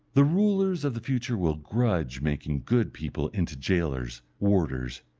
the rulers of the future will grudge making good people into jailers, warders,